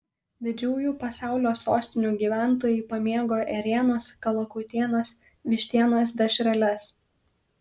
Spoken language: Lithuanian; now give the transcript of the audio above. didžiųjų pasaulio sostinių gyventojai pamėgo ėrienos kalakutienos vištienos dešreles